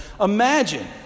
Imagine